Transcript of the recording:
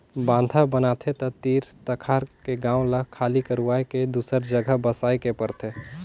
बांधा बनाथे त तीर तखार के गांव ल खाली करवाये के दूसर जघा बसाए के परथे